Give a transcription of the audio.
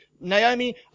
Naomi